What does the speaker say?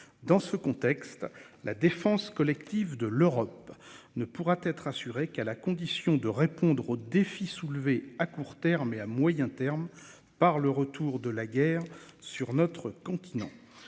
Dans ce contexte, la défense collective de l'Europe ne pourra être assurée qu'à la condition de répondre aux défis soulevés à court terme et à moyen terme par le retour de la guerre sur notre continent.